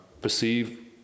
perceive